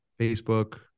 Facebook